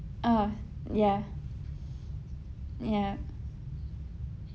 oh ya ya